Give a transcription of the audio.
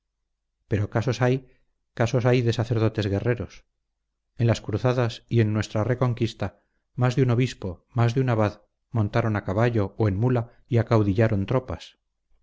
pero casos hay casos hay de sacerdotes guerreros en las cruzadas y en nuestra reconquista más de un obispo más de un abad montaron a caballo o en mula y acaudillaron tropas